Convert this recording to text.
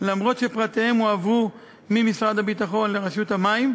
אף שפרטיהם הועברו ממשרד הביטחון לרשות המים,